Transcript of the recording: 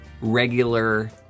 regular